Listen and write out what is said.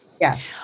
Yes